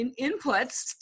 inputs